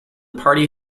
party